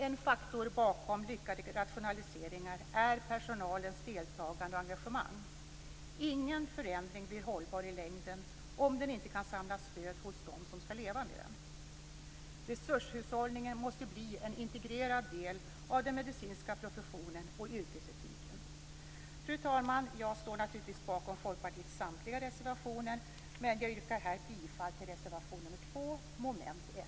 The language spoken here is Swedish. En faktor bakom lyckade rationaliseringar är personalens deltagande och engagemang. Ingen förändring blir hållbar i längden om den inte kan samla stöd hos dem som skall leva med den. Resurshushållningen måste bli en integrerad del av den medicinska professionen och yrkesetiken. Fru talman! Jag står naturligtvis bakom Folkpartiets samtliga reservationer, men jag yrkar här bifall till reservation 2 under mom. 1.